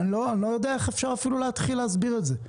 אני לא יודע איך אפשר אפילו להתחיל להסביר את זה.